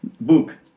Book